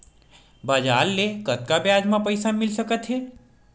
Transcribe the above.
बजार ले कतका ब्याज म पईसा मिल सकत हे?